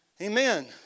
Amen